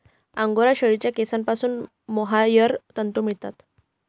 angora शेळीच्या केसांपासून mohair तंतू मिळतात